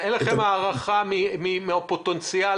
אין לכם הערכה כמה עשו את זה מתוך הפוטנציאל?